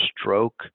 stroke